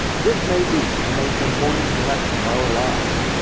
this may be the most important election of our lives.